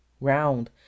round